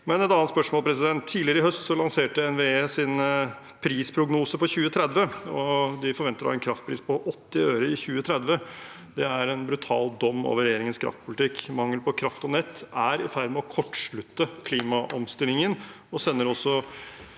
Tidligere i høst lanserte NVE sin prisprognose for 2030, og de forventer en kraftpris på 80 øre i 2030. Det er en brutal dom over regjeringens kraftpolitikk. Mangel på kraft og nett er i ferd med å kortslutte klimaomstillingen og sender også